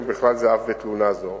ובכלל זה בתלונה זו.